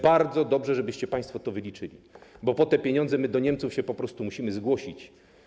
Bardzo dobrze, żebyście państwo to wyliczyli, bo po te pieniądze my do Niemców się po prostu musimy zgłosić.